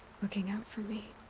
looking out for me.